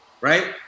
right